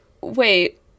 wait